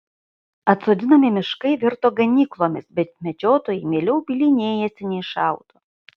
atsodinami miškai virto ganyklomis bet medžiotojai mieliau bylinėjasi nei šaudo